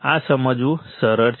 આ સમજવું સરળ છે